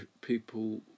people